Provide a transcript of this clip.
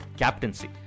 captaincy